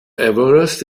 everest